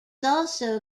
also